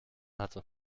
hatte